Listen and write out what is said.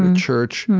and church,